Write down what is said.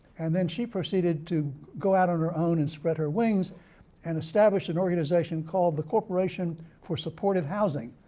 and then, she proceeded to go out on her own and spread her wings and establish an organization called the corporation for supportive housing.